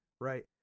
right